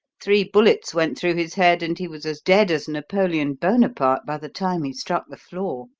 three bullets went through his head, and he was as dead as napoleon bonaparte by the time he struck the floor.